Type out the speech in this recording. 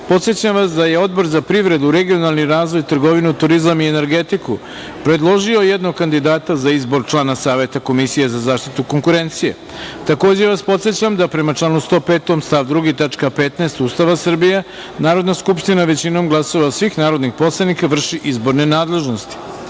podsećam vas da je Odbor za privredu, regionalni razvoj, trgovinu, turizam i energetiku predložio jednog kandidata za izbor člana Saveta Komisije za zaštitu konkurencije. Takođe vas podsećam da, prema članu 105. stav 2. tačka 15. Ustava Srbije, Narodna skupština većinom glasova svih narodnih poslanika vrši izborne nadležnosti. Prelazimo